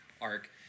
arc